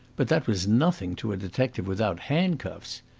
but that was nothing to a detective without handcuffs.